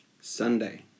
Sunday